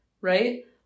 right